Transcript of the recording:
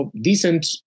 decent